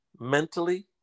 mentally